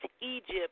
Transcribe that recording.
Egypt